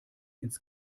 ins